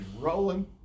rolling